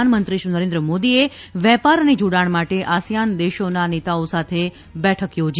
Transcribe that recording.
પ્રધાનમંત્રી શ્રી નરેન્દ્ર મોદીએ વેપાર અને જોડાણ માટે આસિયાન દેશોના નેતાઓ સાથે બેઠક યોજી